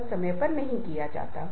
तो ये एक नेता के गुण हैं